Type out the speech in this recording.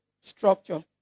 structure